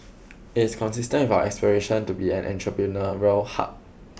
it's consistent our aspiration to be an entrepreneur roal hub